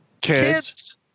kids